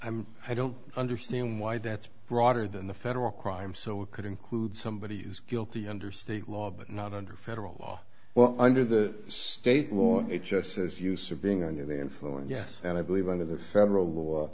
you i don't understand why that's broader than the federal crime so it could include somebody who's guilty under state law but not under federal law well under the state law it just says use of being under the influence yes and i believe under the federal law